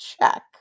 check